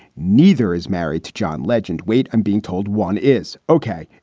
neither is married to john legend. wait, i'm being told one is ok.